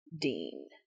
Dean